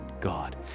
God